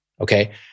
okay